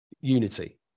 unity